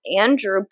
Andrew